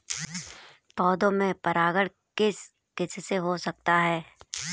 पौधों में परागण किस किससे हो सकता है?